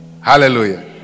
Hallelujah